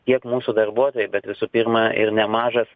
tiek mūsų darbuotojai bet visų pirma ir nemažas